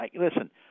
listen